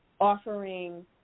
offering